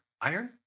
iron